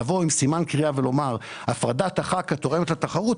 לבוא עם סימן קריאה ולומר שההפרדה התורמת לתחרות,